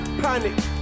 panic